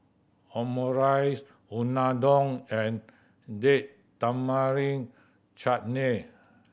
Omurice Unadon and Date Tamarind Chutney